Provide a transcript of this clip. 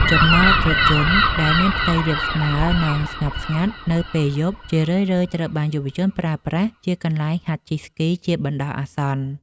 ចំណតរថយន្តដែលមានផ្ទៃរាបស្មើ និងស្ងប់ស្ងាត់នៅពេលយប់ ជារឿយៗត្រូវបានយុវជនប្រើប្រាស់ជាកន្លែងហាត់ជិះស្គីជាបណ្ដោះអាសន្ន។